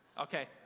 Okay